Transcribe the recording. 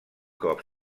cop